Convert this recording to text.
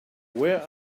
where